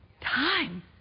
Time